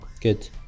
Good